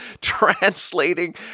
translating